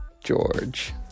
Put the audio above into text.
george